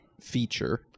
feature